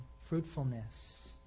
fruitfulness